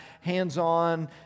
hands-on